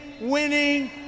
winning